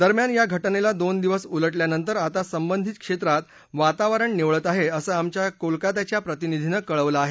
दरम्यान या घटनेला दोन दिवस उलटल्यानंतर आता संबंधित क्षेत्रात वातावरण निवळत आहे असं आमच्या कोलकाता प्रतिनिधीनं कळवलं आहे